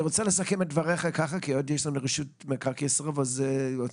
אני רוצה לסכם את דבריך כי יש לנו עוד את רשות מקרקעי ישראל ואת האוצר.